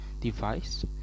device